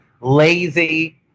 lazy